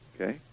Okay